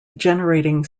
generating